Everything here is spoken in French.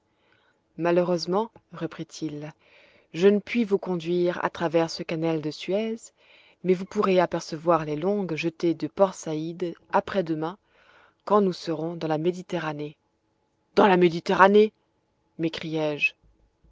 malheureusement reprit-il je ne puis vous conduire à travers ce canal de suez mais vous pourrez apercevoir les longues jetées de port saïd après-demain quand nous serons dans la méditerranée dans la méditerranée